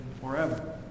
forever